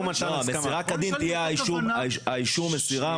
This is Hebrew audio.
מסירה כדין תהיה אישור מסירה,